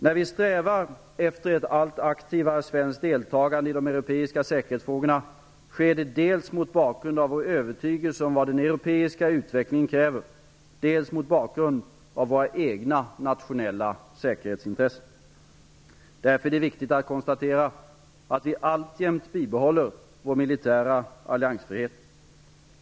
När vi strävar efter ett allt aktivare svenskt deltagande i de europeiska säkerhetsfrågorna sker det dels mot bakgrund av vår övertygelse om vad den europeiska utvecklingen kräver, dels mot bakgrund av våra egna nationella säkerhetsintressen. Därför är det viktigt att konstatera att vi alltjämt bibehåller vår militära alliansfrihet.